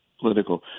political